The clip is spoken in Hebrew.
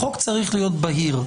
החוק צריך להיות בהיר.